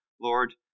Lord